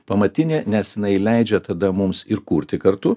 pamatinė nes jinai leidžia tada mums ir kurti kartu